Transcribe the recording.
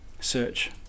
Search